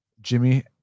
Jimmy